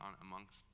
amongst